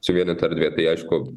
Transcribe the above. suvienyta erdvė tai aišku